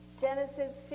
Genesis